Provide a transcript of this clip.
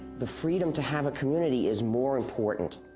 the freedom to have a community is more important.